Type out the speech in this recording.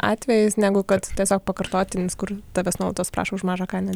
atvejis negu kad tiesiog pakartotinis kur tavęs nuolatos prašo už mažą kainą